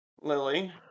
Lily